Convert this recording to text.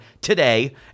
today